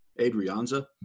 Adrianza